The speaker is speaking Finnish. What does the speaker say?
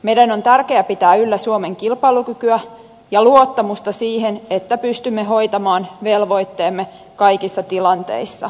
meidän on tärkeä pitää yllä suomen kilpailukykyä ja luottamusta siihen että pystymme hoitamaan velvoitteemme kaikissa tilanteissa